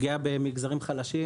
לפגיעה במגזרים חלשים,